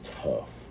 tough